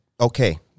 okay